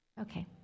Okay